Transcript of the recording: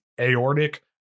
aortic